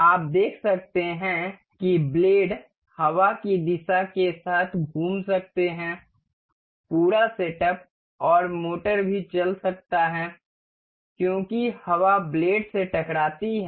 आप देख सकते हैं कि ब्लेड हवा की दिशा के साथ घूम सकते हैं पूरा सेटअप और मोटर भी चल सकता है क्योंकि हवा ब्लेड से टकराती है